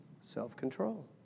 Self-control